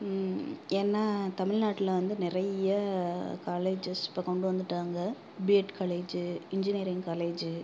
ஏன்னால் தமிழ்நாட்டில் வந்து நெறைய காலேஜஸ் இப்போ கொண்டு வந்துட்டாங்க பிஎட் காலேஜ்ஜு இன்ஜினியரிங் காலேஜ்ஜு